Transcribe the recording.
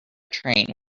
train